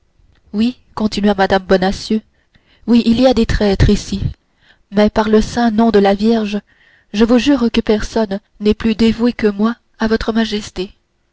oui continua mme bonacieux oui il y a des traîtres ici mais par le saint nom de la vierge je vous jure que personne n'est plus dévoué que moi à votre majesté